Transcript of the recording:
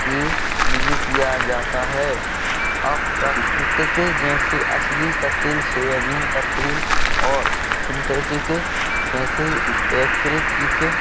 के लिए किया जाता है अप्राकृतिक जैसे असली का तिल सोयाबीन का तिल और सिंटेठिक जैसे यक्र किक